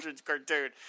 cartoon